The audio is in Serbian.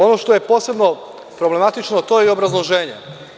Ono što je posebno problematično jeste obrazloženje.